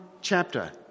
chapter